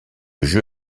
jeu